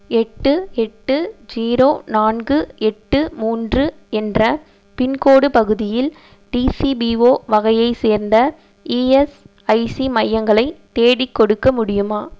எட்டு எட்டு ஜீரோ நான்கு எட்டு மூன்று என்ற பின்கோடு பகுதியில் டிசிபிஓ வகையைச் சேர்ந்த இஎஸ்ஐசி மையங்களை தேடிக்கொடுக்க முடியுமா